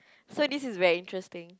so this is very interesting